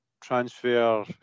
transfer